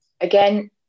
again